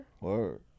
Word